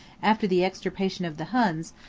after the extirpation of the huns,